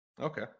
Okay